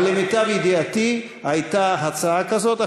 אבל למיטב ידיעתי הייתה הצעה כזאת.